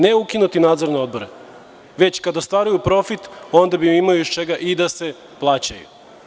Znači, ne ukinuti nadzorne odbore, već kada ostvaruju profit onda bi imali iz čega i da se plaćaju.